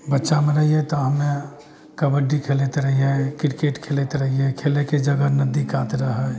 बच्चामे रहियै तऽ हम्मे कबड्डी खेलैत रहियै क्रिकेट खेलैत रहियै खेलेके जगह नदी कात रहै